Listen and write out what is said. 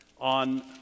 on